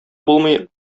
булмый